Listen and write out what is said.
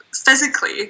physically